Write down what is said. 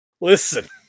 listen